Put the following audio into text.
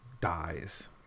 dies